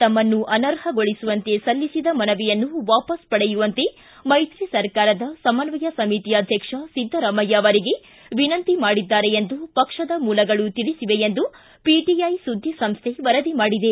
ತಮ್ನನ್ನು ಅನರ್ಹಗೊಳಿಸುವಂತೆ ಸಲ್ಲಿಒದ ಮನವಿಯನ್ನು ವಾಪಸ್ ಪಡೆಯುವಂತೆ ಮೈತ್ರಿ ಸರ್ಕಾರದ ಸಮನ್ನಯ ಸಮಿತಿ ಅಧ್ಯಕ್ಷ ಸಿದ್ದರಾಮಯ್ಯ ಅವರಿಗೆ ವಿನಂತಿ ಮಾಡಿದ್ದಾರೆ ಎಂದು ಪಕ್ಷದ ಮೂಲಗಳು ತಿಳಿಸಿವೆ ಎಂದು ಪಿಟಿಐ ಸುದ್ದಿ ಸಂಸ್ಟೆ ವರದಿ ಮಾಡಿದೆ